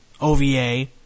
OVA